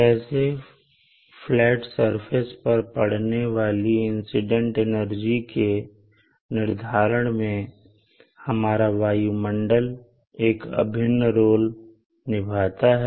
कैसे flat surface पर पड़ने वाली इंसीडेंट एनर्जी के निर्धारण में हमारा वायुमंडल एक अभिन्न रोल निभाता है